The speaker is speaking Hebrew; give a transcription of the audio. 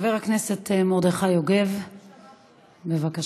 חבר הכנסת מרדכי יוגב, בבקשה.